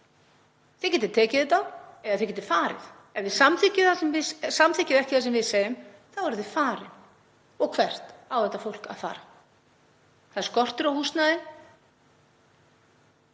Þið getið tekið þetta eða þið getið farið. Ef þið samþykkið ekki það sem við segjum þá eruð þið farin. Og hvert á þetta fólk að fara? Það er skortur á húsnæði.